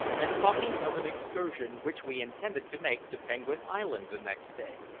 and talking of an excursion which we intended to make to penguin island the next day.